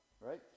right